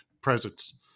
presence